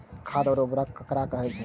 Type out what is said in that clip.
खाद और उर्वरक ककरा कहे छः?